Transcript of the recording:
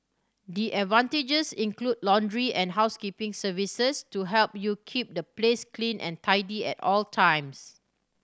the advantages include laundry and housekeeping services to help you keep the place clean and tidy at all times